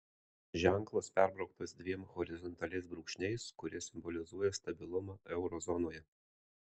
ženklas perbrauktas dviem horizontaliais brūkšniais kurie simbolizuoja stabilumą euro zonoje